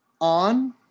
on